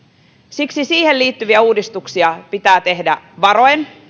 siksi siihen liittyviä uudistuksia pitää tehdä varoen